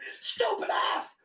stupid-ass